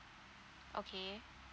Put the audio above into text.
okay